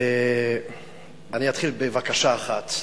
אני אתחיל בבקשה אחת,